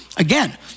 Again